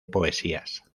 poesías